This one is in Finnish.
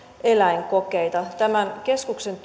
eläinkokeita tämän keskuksen